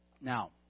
Now